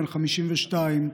בן 52,